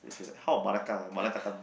then she said how Malacca Malakatham